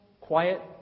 quiet